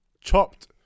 chopped